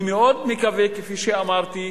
כפי שאמרתי,